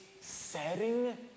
setting